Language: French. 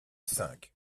cinq